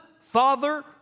father